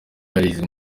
harizihizwa